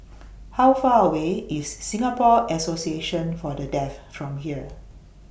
How Far away IS Singapore Association For The Deaf from here